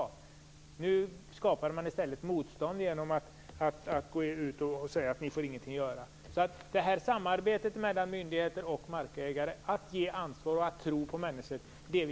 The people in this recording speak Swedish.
I stället skapade man motstånd genom att säga att de inte fick göra någonting. Det är alltså viktigt med samarbete mellan myndigheter och markägare - att ge ansvar och att tro på människor.